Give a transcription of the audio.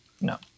No